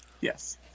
Yes